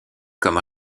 comme